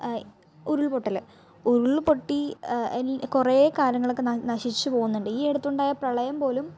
ഉരുൾപൊട്ടൽ ഉരുള് പൊട്ടി ഐ മീൻ കുറേ കാര്യങ്ങളക്കെ നശിച്ച് പോകുന്നുണ്ട് ഈ അടുത്തുണ്ടായ പ്രളയം പോലും